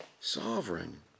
sovereign